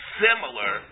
similar